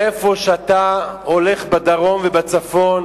איפה שאתה הולך בדרום ובצפון